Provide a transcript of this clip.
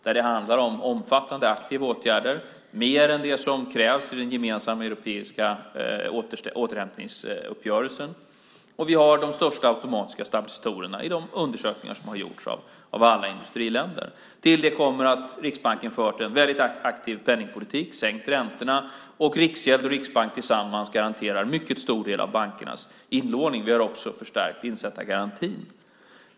Det handlar om omfattande aktiva åtgärder - mer än vad som krävs i den gemensamma europeiska återhämtningsuppgörelsen - och vi har de största automatiska stabilisatorerna i de undersökningar som har gjorts av alla industriländer. Till det kommer att Riksbanken har fört en väldigt aktiv penningpolitik och sänkt räntorna. Riksgälden och Riksbanken tillsammans garanterar en mycket stor del av bankernas inlåning. Vi har också förstärkt insättningsgarantin.